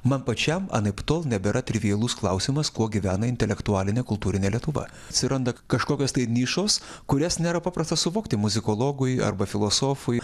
man pačiam anaiptol nebėra trivialus klausimas kuo gyvena intelektualinė kultūrinė lietuva atsiranda kažkokios tai nišos kurias nėra paprasta suvokti muzikologui arba filosofui